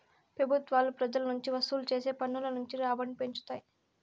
పెబుత్వాలు పెజల నుంచి వసూలు చేసే పన్నుల నుంచి రాబడిని పెంచుతాయి